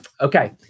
okay